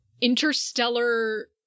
interstellar